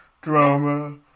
drama